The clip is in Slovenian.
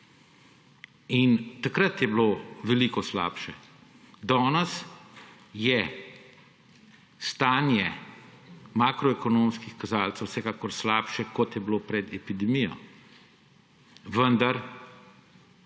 In takrat je bilo veliko slabše. Danes je stanje makroekonomskih kazalcev vsekakor slabše, kot je bilo pred epidemijo, vendar